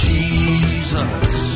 Jesus